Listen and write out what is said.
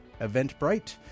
Eventbrite